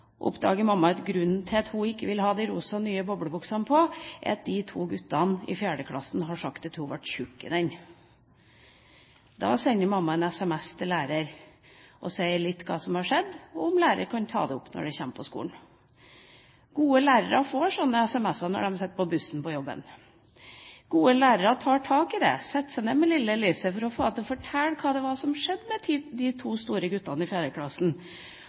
mamma at grunnen til at hun ikke vil ha den rosa, nye boblebuksen på, er at to gutter i fjerde klasse har sagt at hun ble tjukk i den. Da sender mamma en sms til læreren og sier litt om hva som har skjedd, og ber om at læreren tar det opp når de kommer til skolen. Gode lærere får slike sms-er når de sitter på bussen til jobben. Gode lærere tar tak i det, setter seg ned med lille Elise for å få henne til å fortelle hva som skjedde med de to store guttene i